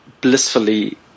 blissfully